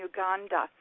Uganda